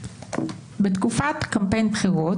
בתקופת קמפיין בחירות,